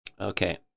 Okay